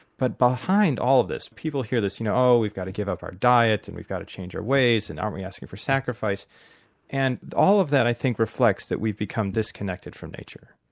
but behind all of this. people hear this you know we've got to give up our diet, and we've got to change our ways, and um we're asking for sacrifice and all of that i think reflects that we've become disconnected from nature.